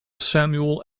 samuel